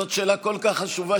זאת שאלה כל כך חשובה,